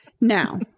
now